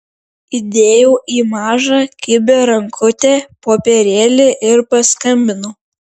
įdėjau į mažą kibią rankutę popierėlį ir paskambinau